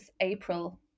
april